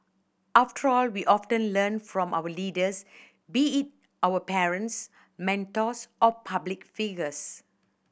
after all we often learn from our leaders be it our parents mentors or public figures